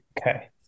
Okay